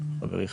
חברי,